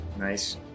Nice